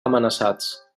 amenaçats